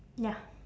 ya